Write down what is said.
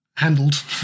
Handled